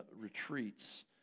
retreats